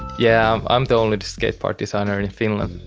yeah, i'm the only skate park designer in finland.